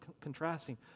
contrasting